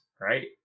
right